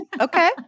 Okay